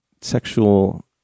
Sexual